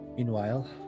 Meanwhile